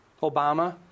Obama